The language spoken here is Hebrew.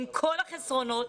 עם כל החסרונות,